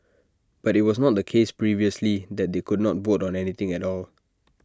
but IT was not the case previously that they could not vote on anything at all